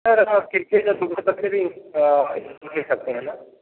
sir आप cricket सुबह तो फ्री मिल सकते हैं ना